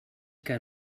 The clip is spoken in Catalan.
que